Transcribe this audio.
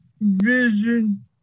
Vision